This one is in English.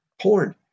porn